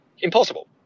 Impossible